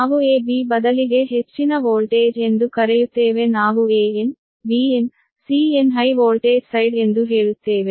ನಾವು AB ಬದಲಿಗೆ ಹೆಚ್ಚಿನ ವೋಲ್ಟೇಜ್ ಎಂದು ಕರೆಯುತ್ತೇವೆ ನಾವು AN BN CN high voltage side ಎಂದು ಹೇಳುತ್ತೇವೆ